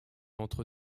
entre